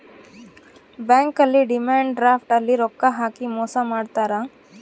bank ಅಲ್ಲಿ demand draft ಅಲ್ಲಿ ರೊಕ್ಕ ಹಾಕಿ ಮೋಸ ಮಾಡ್ತಾರ